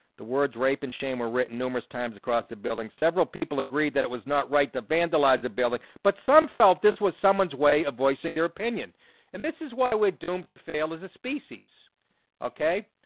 the words rape and shame were written numerous times across the building several people agreed that it was not right to vandalize a building but some felt this was someone's way of voicing their opinion and this is why we're doomed to fail as a species okay,